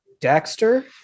Dexter